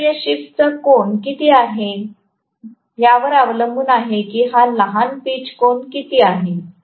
आता या शिफ्टचा कोन किती आहे यावर अवलंबून आहे की हा लहान पिच कोन किती आहे